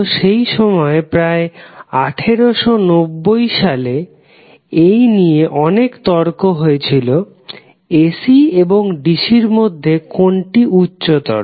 তো সেই সময় প্রায় 1890 সালে এই নিয়ে অনেক তর্ক হয়েছিল এসি এবং ডিসি এর মধ্যে কোনটি উচ্চতর